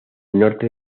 norte